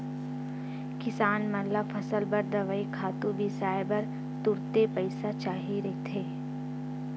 किसान मन ल फसल बर दवई, खातू बिसाए बर तुरते पइसा चाही रहिथे